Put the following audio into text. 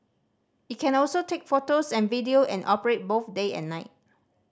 it can also take photos and video and operate both day and night